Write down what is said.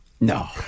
No